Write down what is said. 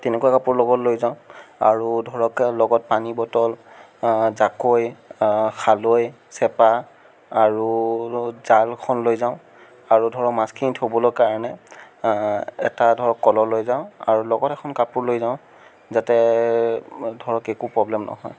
তেনেকুৱা কাপোৰ লগত লৈ যাওঁ আৰু ধৰক লগত পানী বটল জাকৈ খালৈ চেপা আৰু জালখন লৈ যাওঁ আৰু ধৰক মাছখিনি থবলৈ কাৰণে এটা ধৰক কলহ লৈ যাওঁ আৰু লগত এখন কাপোৰ লৈ যাওঁ যাতে ধৰক একো প্ৰৱ্লেম নহয়